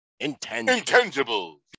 intangible